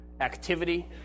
activity